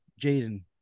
Jaden